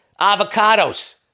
avocados